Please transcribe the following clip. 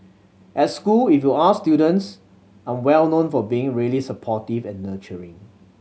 at school if you ask students I'm well known for being really supportive and nurturing